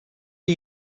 are